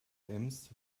ems